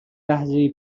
لحظه